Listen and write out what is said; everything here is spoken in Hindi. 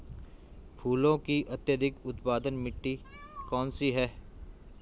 फूलों की अत्यधिक उत्पादन मिट्टी कौन सी है?